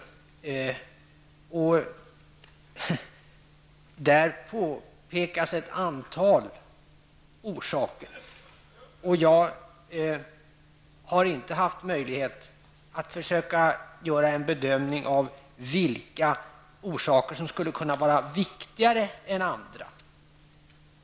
I den räknas upp ett antal orsaker. Jag har inte haft möjlighet att bedöma vilka orsaker som skulle kunna vara viktigare än andra.